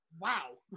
Wow